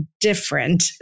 different